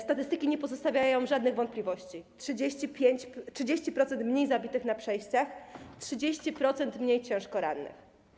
Statystyki nie pozostawiają żadnych wątpliwości - 30% mniej zabitych na przejściach, 30% mniej ciężko rannych.